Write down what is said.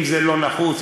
אם זה לא נחוץ,